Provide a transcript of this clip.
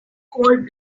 cold